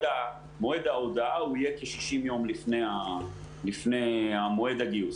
מועד ההודעה יהיה כ-60 יום לפני מועד הגיוס.